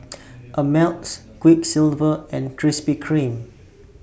Ameltz Quiksilver and Krispy Kreme